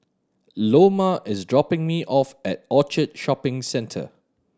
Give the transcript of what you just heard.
Loma is dropping me off at Orchard Shopping Centre